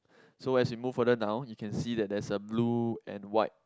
so as we move further down you can see that there's a blue and white